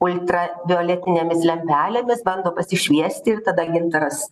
ultravioletinėmis lempelėmis bando pasišviesti ir tada gintaras